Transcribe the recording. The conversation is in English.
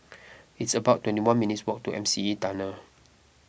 it's about twenty one minutes' walk to M C E Tunnel